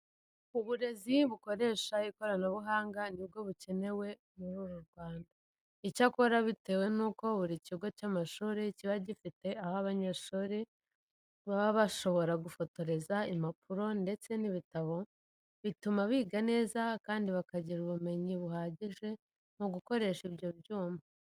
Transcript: Uburezi bukoresha ikoranabuhanga ni bwo bukenewe muri uru Rwanda. Icyakora bitewe nuko buri kigo cy'amashuri kiba gifite aho abanyeshuri baba bashobora gufotoreza impapuro ndetse n'ibitabo, bituma biga neza kandi bakagira ubumenyi buhagije mu gukoresha ibyo byuma.